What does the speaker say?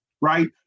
right